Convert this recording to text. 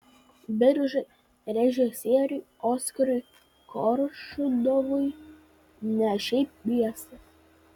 biržai režisieriui oskarui koršunovui ne šiaip miestas